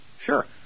Sure